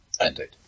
Indeed